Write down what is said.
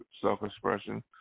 self-expression